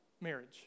marriage